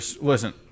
Listen